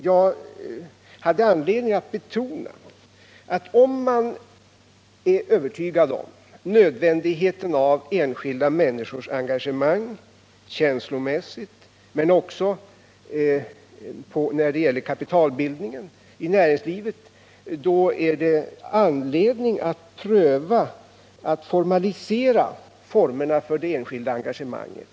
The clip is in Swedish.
Jag hade anledning att betona att om man är övertygad om nödvändigheten av enskilda människors engagemang — känslomässigt såväl som för kapitalbildningen i näringslivet — bör man hitta vägar att formalisera det enskilda engagemanget.